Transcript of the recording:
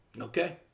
Okay